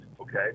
okay